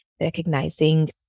recognizing